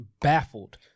baffled